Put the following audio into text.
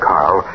Carl